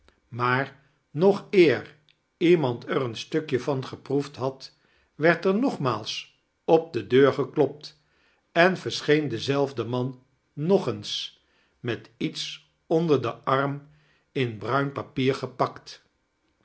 maar nog eer iemand er een stukje van geproefd had werd er nogmaals op de deur geklopt en verseheen dezelfde roan nog eens met iets ondex den arm in bruin papier gepakt